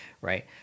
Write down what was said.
right